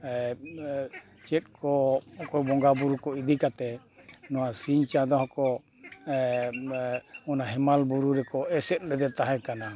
ᱪᱮᱫ ᱠᱚ ᱩᱱᱠᱩ ᱵᱚᱸᱜᱟ ᱵᱳᱨᱳ ᱠᱚ ᱤᱫᱤ ᱠᱟᱛᱮᱫ ᱱᱚᱣᱟ ᱥᱤᱧ ᱪᱟᱸᱫᱳ ᱦᱚᱸᱠᱚ ᱚᱱᱟ ᱦᱮᱢᱟᱞ ᱵᱩᱨᱩ ᱨᱮᱠᱚ ᱮᱥᱮᱫ ᱞᱮᱫᱮ ᱛᱟᱦᱮᱸ ᱠᱟᱱᱟ